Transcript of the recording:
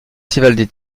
festivals